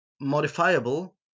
modifiable